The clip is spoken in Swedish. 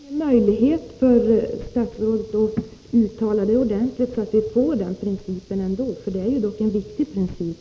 Herr talman! Finns det ingen möjlighet för statsrådet att uttala det ordentligt, så att vi får den principen, för det är ändå en viktig princip?